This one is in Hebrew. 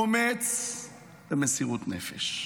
אומץ ומסירות נפש,